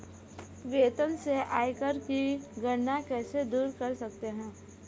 वेतन से आयकर की गणना कैसे दूर कर सकते है?